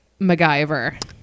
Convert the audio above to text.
MacGyver